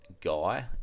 guy